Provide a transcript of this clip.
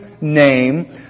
name